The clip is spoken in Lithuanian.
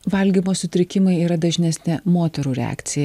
valgymo sutrikimai yra dažnesnė moterų reakcija